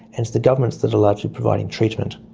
and it's the governments that are largely providing treatment.